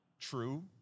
true